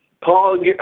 Paul